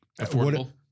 Affordable